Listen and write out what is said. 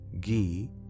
ghee